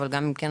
אבל גם אם כן,